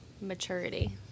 maturity